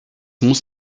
muss